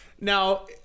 Now